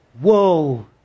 Whoa